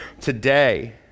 today